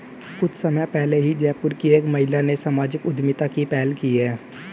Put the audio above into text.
कुछ समय पहले ही जयपुर की एक महिला ने सामाजिक उद्यमिता की पहल की है